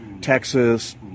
Texas